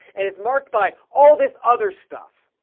and it's marked by all this other stuff.